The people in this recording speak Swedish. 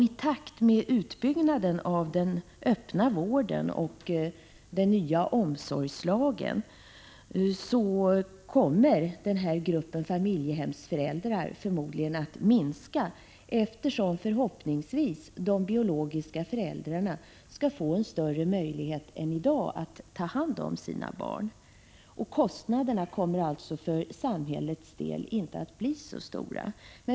I takt med utbyggnaden av den öppna vården och den nya omsorgslagen, kommer den här gruppen familjehemsföräldrar förmodligen att minska, eftersom förhoppningsvis de biologiska föräldrarna i stället får större möjligheter än i dag att ta hand om sina barn. Kostnaderna kommer alltså att för samhällets del inte att bli så stora.